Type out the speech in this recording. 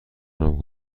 نام